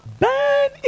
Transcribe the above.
burn